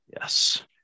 Yes